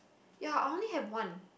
ya I only have one